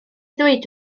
ddweud